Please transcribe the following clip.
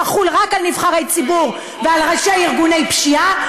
שתחול רק על נבחרי ציבור ועל ראשי ארגוני פשיעה,